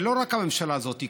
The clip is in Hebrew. ולא רק הממשלה הזאת,